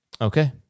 Okay